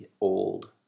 old